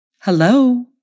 Hello